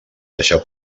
deixar